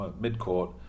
mid-court